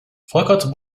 fakat